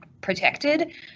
protected